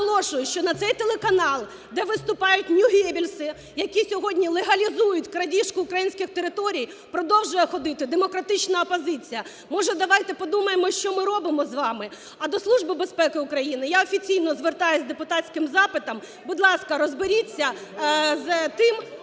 наголошую, що на цей телеканал, де виступають ньюгеббельси, які сьогодні легалізують крадіжку українських територій, продовжує ходити демократична опозиція. Може, давайте подумаємо, що ми робимо з вами. А до Служби безпеки України я офіційно звертаюсь з депутатським запитом. Будь ласка, розберіться з тим,